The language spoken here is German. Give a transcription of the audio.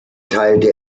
teilte